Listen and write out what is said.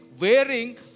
wearing